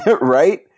right